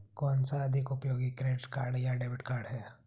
कौनसा अधिक उपयोगी क्रेडिट कार्ड या डेबिट कार्ड है?